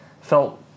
felt